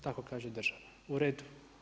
Tako kaže država, u redu.